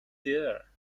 dear